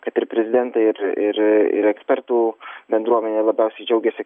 kad ir prezidentai ir ir ir ekspertų bendruomenė labiausiai džiaugiasi